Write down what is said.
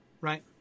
right